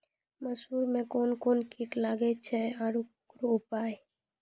मसूर मे कोन कोन कीट लागेय छैय आरु उकरो उपाय?